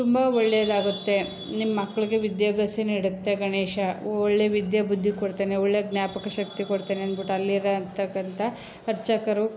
ತುಂಬ ಒಳ್ಳೆಯದಾಗುತ್ತೆ ನಿಮ್ಮ ಮಕ್ಕಳಿಗೆ ವಿದ್ಯಾಭ್ಯಾಸ ನೀಡುತ್ತೆ ಗಣೇಶ ಒಳ್ಳೆಯ ವಿದ್ಯಾಬುದ್ಧಿ ಕೊಡ್ತಾನೆ ಒಳ್ಳೆ ಜ್ಞಾಪಕಶಕ್ತಿ ಕೊಡ್ತಾನೆ ಅಂದ್ಬಿಟ್ಟು ಅಲ್ಲಿರೋಂತಕ್ಕಂಥ ಅರ್ಚಕರು